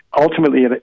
ultimately